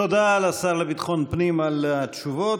תודה לשר לביטחון פנים על התשובות.